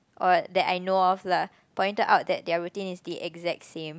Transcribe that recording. or that I know of lah pointed out that their routine is the exact same